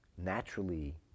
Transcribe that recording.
naturally